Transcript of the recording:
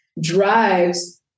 drives